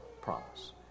promise